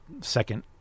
second